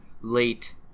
late